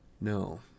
no